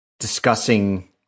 discussing